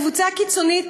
אתם קבוצה קיצונית